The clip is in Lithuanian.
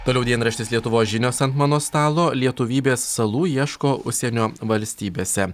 toliau dienraštis lietuvos žinios ant mano stalo lietuvybės salų ieško užsienio valstybėse